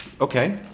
Okay